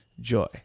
joy